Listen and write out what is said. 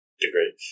degree